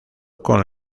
con